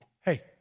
hey